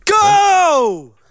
go